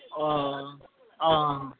অঁ অঁ